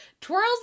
twirls